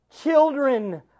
Children